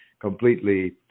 completely